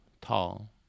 tall